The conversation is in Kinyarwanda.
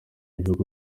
ibihugu